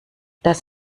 das